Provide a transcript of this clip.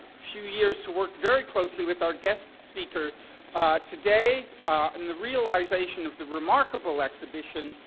few years to work very closely with our guest speaker today in the realisation of the remarkable exhibition,